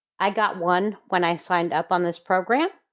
i got one when i signed up on this program,